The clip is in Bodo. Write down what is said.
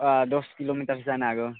दस किल'मिटारसो जानो हागौ